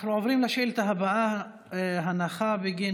אנחנו עוברים לשאילתה הבאה: הנחה בגין